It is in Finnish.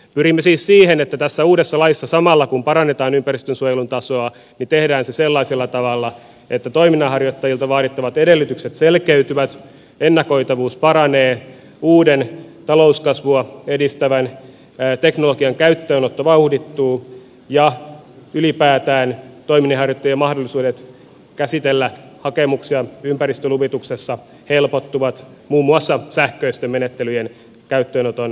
pyrimme siis siihen että tässä uudessa laissa samalla kun parannetaan ympäristönsuojelun tasoa tehdään se sellaisella tavalla että toiminnanharjoittajilta vaadittavat edellytykset selkeytyvät ennakoitavuus paranee uuden talouskasvua edistävän teknologian käyttöönotto vauhdittuu ja ylipäätään toiminnanharjoittajien mahdollisuudet käsitellä hakemuksia ympäristöluvituksessa helpottuvat muun muassa sähköisten menettelyjen käyttöönoton lisäämisellä